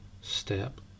step